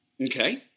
Okay